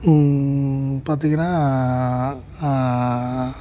பார்த்தீங்கனா